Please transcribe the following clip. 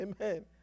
Amen